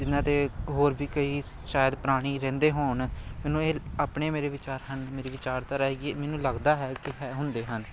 ਜਿਨ੍ਹਾਂ 'ਤੇ ਹੋਰ ਵੀ ਕਈ ਸ਼ਾਇਦ ਪ੍ਰਾਣੀ ਰਹਿੰਦੇ ਹੋਣ ਮੈਨੂੰ ਇਹ ਆਪਣੇ ਮੇਰੇ ਵਿਚਾਰ ਹਨ ਮੇਰੀ ਵਿਚਾਰਧਾਰਾ ਹੈਗੀ ਆ ਮੈਨੂੰ ਲੱਗਦਾ ਹੈ ਕਿ ਹੈ ਹੁੰਦੇ ਹਨ